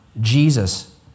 Jesus